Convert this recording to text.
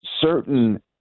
certain